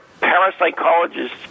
parapsychologist's